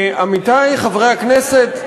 עמיתי חברי הכנסת, זה